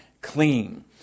clean